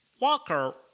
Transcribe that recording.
Walker